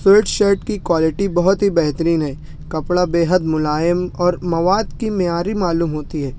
sweet shirt کی quality بہت ہی بہترین ہے کپڑا بے حد ملائم اور مواد کی معیاری معلوم ہوتی ہے